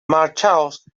marchaos